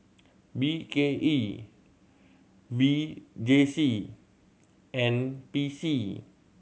B K E V J C N P C